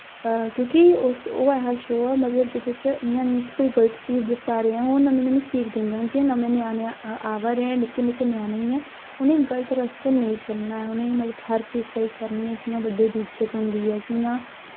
क्यूंकि ओह् ऐसा शो ऐ मतलब जेह्दे च इ'यां निं ऐ कि कोई गल्त चीज दस्सा दे ऐं ओह् नमीं नमीं सीख दिंदे हून जि'यां नमें ञ्यानें आवा दे न निक्के निक्के ञ्यानें ऐ उ'नें गल्त रस्ते नेईं चलना ऐ उ'ने मतलब हर चीज स्हेई करनी ऐ कि'यां बड्डे दी इज्जत होंदी ऐ कि'यां